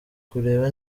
kureba